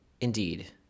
Indeed